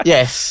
Yes